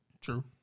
True